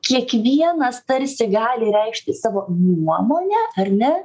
kiekvienas tarsi gali reikšti savo nuomonę ar ne